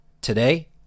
today